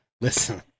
Listen